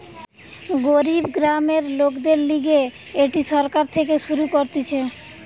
গরিব গ্রামের লোকদের লিগে এটি সরকার থেকে শুরু করতিছে